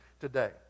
today